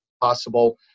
possible